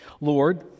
Lord